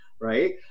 right